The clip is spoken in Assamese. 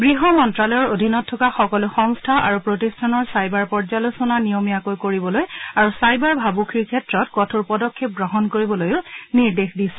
গৃহ মন্ত্ৰালয়ৰ অধীনত থকা সকলো সংস্থা আৰু প্ৰতিষ্ঠানৰ চাইবাৰ পৰ্যালোচনা নিয়মীয়াকৈ কৰিবলৈ আৰু চাইবাৰ ভাবুকিৰ ক্ষেত্ৰত কঠোৰ পদক্ষেপ গ্ৰহণ কৰিবলৈও নিৰ্দেশ দিছে